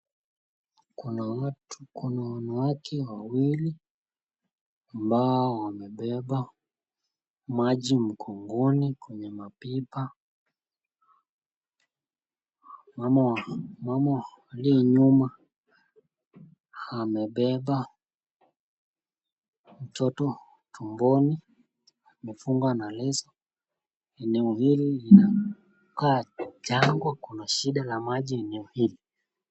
Kuna wanawake wawili ambao wamebeba maji mgongoni kwenye mapipa. Mama aliye nyuma amebeba mtoto tumboni. Amefunga na leso. Eneo hili linakaa jangwa, kuna shida la maji eneo hili.